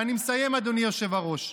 ואני מסיים, אדוני היושב-ראש.